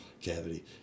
cavity